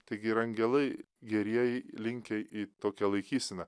taigi ir angelai gerieji linkę į tokią laikyseną